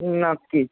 नक्की